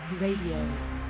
Radio